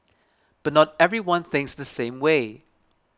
but not everyone thinks the same way